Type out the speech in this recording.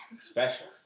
special